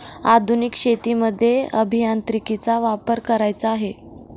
आधुनिक शेतीमध्ये अभियांत्रिकीचा वापर करायचा आहे